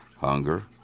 hunger